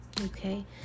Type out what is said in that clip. okay